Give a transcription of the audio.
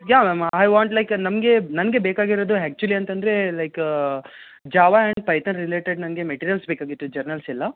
yeah ma'am I want like a ನಮಗೆ ನನಗೆ ಬೇಕಾಗಿರೋದು ಆ್ಯಕ್ಚುಲಿ ಅಂತಂದರೆ like Java and Python related ನನಗೆ ಮೆಟೀರಿಯಲ್ಸ್ ಬೇಕಾಗಿತ್ತು ಜರ್ನಲ್ಸ್ ಎಲ್ಲ